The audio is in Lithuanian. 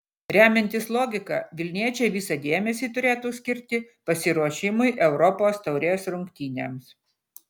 remiantis logika vilniečiai visą dėmesį turėtų skirti pasiruošimui europos taurės rungtynėms